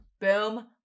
boom